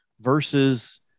versus